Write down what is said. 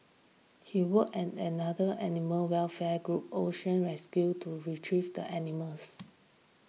he worked in another animal welfare group Ocean Rescue to retrieve the animals